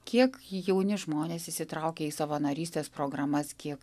kiek jauni žmonės įsitraukia į savanorystės programas kiek